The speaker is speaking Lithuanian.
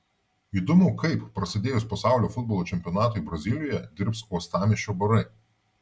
įdomu kaip prasidėjus pasaulio futbolo čempionatui brazilijoje dirbs uostamiesčio barai